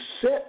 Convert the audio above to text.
set